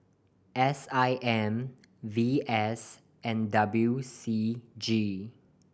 S I M V S and W C G